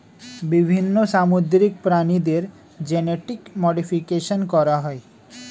বিভিন্ন সামুদ্রিক প্রাণীদের জেনেটিক মডিফিকেশন করা হয়